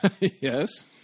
Yes